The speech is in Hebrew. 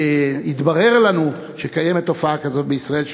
היום התברר לנו שקיימת תופעה כזאת בישראל,